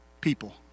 people